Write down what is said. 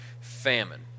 famine